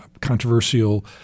controversial